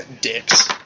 dicks